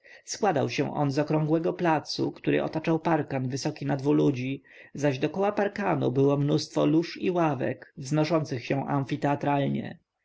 składał się on z okrągłego placu który otaczał parkan wysoki na dwu ludzi zaś dokoła parkanu było mnóstwo lóż i ławek wznoszących się amfiteatralnie